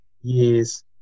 years